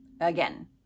again